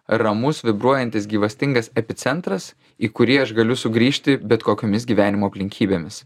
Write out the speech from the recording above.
ramus vibruojantis gyvastingas epicentras į kurį aš galiu sugrįžti bet kokiomis gyvenimo aplinkybėmis